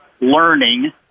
learning